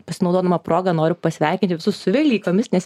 pasinaudodama proga noriu pasveikinti visus su velykomis nes